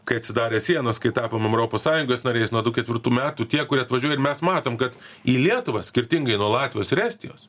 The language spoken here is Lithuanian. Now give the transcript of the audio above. kai atsidarė sienos kai tapom europos sąjungos nariais nuo du ketvirtų metų tie kurie atvažiuoja ir mes matom kad į lietuvą skirtingai nuo latvijos ir estijos